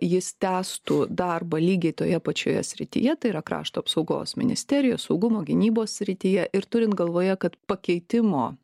jis tęstų darbą lygiai toje pačioje srityje tai yra krašto apsaugos ministerijos saugumo gynybos srityje ir turint galvoje kad pakeitimo